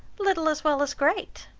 little as well as great.